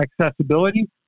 accessibility